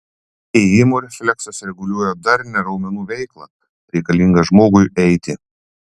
ėjimo refleksas reguliuoja darnią raumenų veiklą reikalingą žmogui eiti